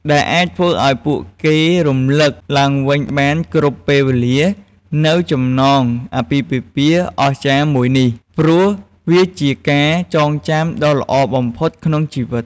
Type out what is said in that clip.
ដែលអាចធ្វើឲ្យពួកគេរំលឹកឡើងវិញបានគ្រប់ពេលវេលានូវចំណងអាពាហ៍ពិហ៍អស្ចារ្យមួយនេះ ព្រោះវាជាការចងចាំដ៏ល្អបំផុតក្នុងជិវិត។